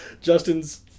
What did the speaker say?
Justin's